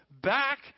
back